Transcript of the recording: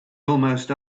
almost